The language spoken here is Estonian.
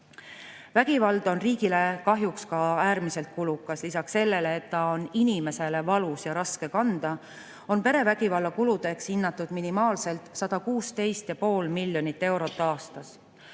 Vägivald on riigile kahjuks ka äärmiselt kulukas – lisaks sellele, et ta on inimesele valus ja raske kanda. Perevägivalla kuludeks on hinnatud minimaalselt 116,5 miljonit eurot aastas.